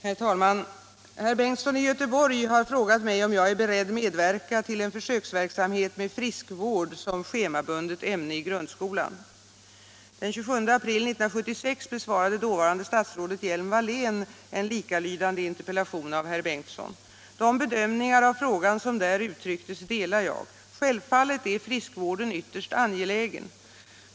Herr talman! Herr Bengtsson i Göteborg har frågat mig om jag är beredd medverka till en försöksverksamhet med friskvård som schemabundet ämne i grundskolan. Den 27 april 1976 besvarade dåvarande statsrådet Hjelm-Wallén en likalydande interpellation av herr Bengtsson. De bedömningar av frågan som där uttrycktes delar jag. Självfallet är friskvården ytterst angelägen.